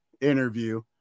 interview